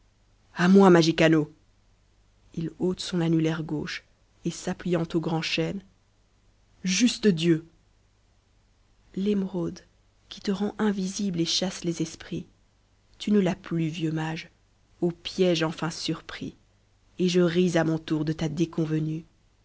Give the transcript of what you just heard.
m m fwt j m m m m m m m m m m m m m m m m m m m m m m l'émeraude qui te rend invisible et chasse les esprits tu ne l'as plus vieux mage au piège enfin surpris et je ris à mon tour de ta déconvenue